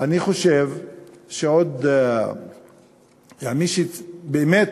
אני חושב שעוד, באמת,